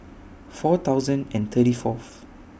four thousand and thirty Fourth